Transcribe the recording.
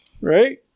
right